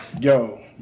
yo